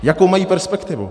Jakou mají perspektivu?